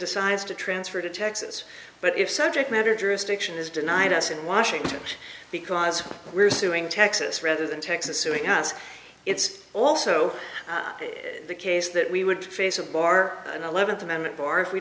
decides to transfer to texas but if subject matter jurisdiction is denied us in washington because we're suing texas rather than texas suing us it's also the case that we would face a bar an eleventh amendment bar